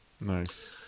Nice